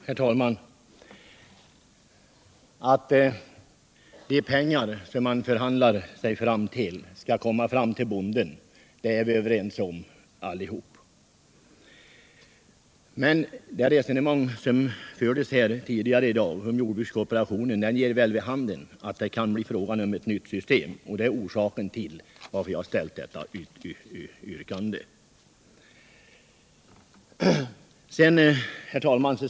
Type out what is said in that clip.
Herr talman! Vi är alla överens om att de pengar som man förhandlar sig till skall komma fram till bonden. Men det resonemang som tidigare i dag förts om jordbrukskooperationen ger vid handen att det kan bli fråga om ett nytt system. Det är orsaken till att jag framställt mitt yrkande. Herr talman!